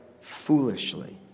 foolishly